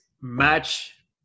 match